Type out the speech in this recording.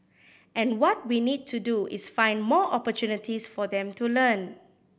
and what we need to do is find more opportunities for them to learn